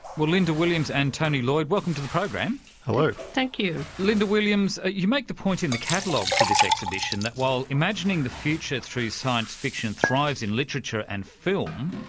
linda williams and tony lloyd, welcome to the program. hello. thank you. linda williams, you make the point in the catalogue for this exhibition that while imagining the future through science fiction thrives in literature and film,